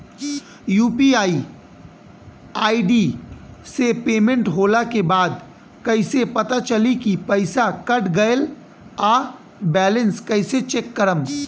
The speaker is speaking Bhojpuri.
यू.पी.आई आई.डी से पेमेंट होला के बाद कइसे पता चली की पईसा कट गएल आ बैलेंस कइसे चेक करम?